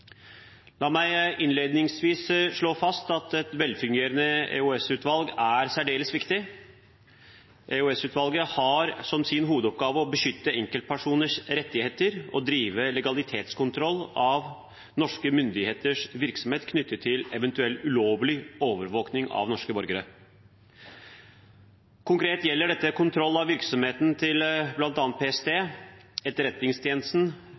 La meg innledningsvis slå fast at et velfungerende EOS-utvalg er særdeles viktig. EOS-utvalget har som sin hovedoppgave å beskytte enkeltpersoners rettigheter og drive legalitetskontroll av norske myndigheters virksomhet knyttet til eventuell ulovlig overvåkning av norske borgere. Konkret gjelder dette kontroll av virksomheten til bl.a. PST, Etterretningstjenesten,